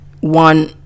one